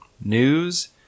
News